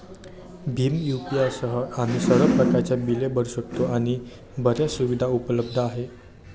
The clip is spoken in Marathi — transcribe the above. भीम यू.पी.आय सह, आम्ही सर्व प्रकारच्या बिले भरू शकतो आणि बर्याच सुविधा उपलब्ध आहेत